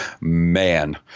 Man